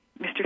Mr